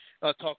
talk